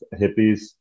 hippies